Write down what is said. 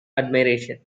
admiration